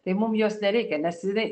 tai mum jos nereikia nes jinai